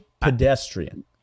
pedestrian